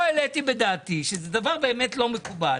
לא העליתי בדעתי, שזה דבר באמת לא מקובל,